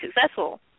successful